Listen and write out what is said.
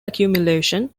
accumulation